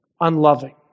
unloving